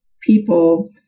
people